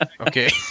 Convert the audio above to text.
Okay